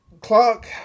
Clark